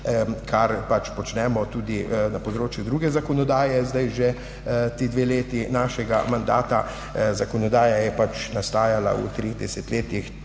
kar počnemo tudi na področju druge zakonodaje že ti dve leti našega mandata. Zakonodaja je pač nastajala v treh desetletjih